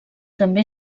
també